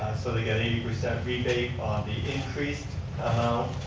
so they get eighty percent rebate on the increased amount